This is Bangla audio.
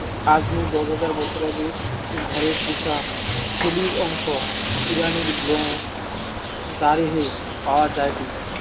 আজ নু দশ হাজার বছর আগে ঘরে পুশা ছেলির অংশ ইরানের গ্নজ দারেহে পাওয়া যায়টে